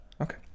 Okay